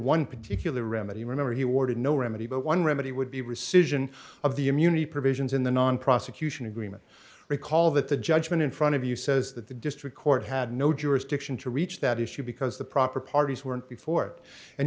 one particular remedy remember he warded no remedy but one remedy would be rescission of the immunity provisions in the non prosecution agreement recall that the judgment in front of you says that the district court had no jurisdiction to reach that issue because the proper parties were in the fort and